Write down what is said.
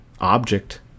object